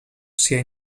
sia